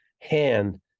hand